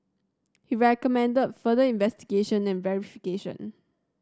he recommended further investigation and verification